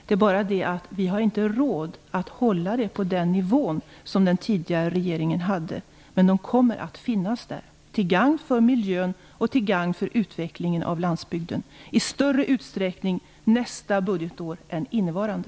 Det är bara det att vi inte har råd att hålla stödet på den nivå som den tidigare regeringen hade, men det kommer att finnas där - till gagn för miljön och till gagn för utvecklingen av landsbygden, i större utsträckning nästa budgetår än innevarande.